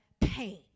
pain